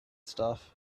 stuff